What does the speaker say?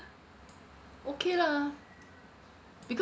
okay lah because